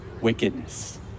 wickedness